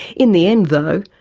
in the end, though,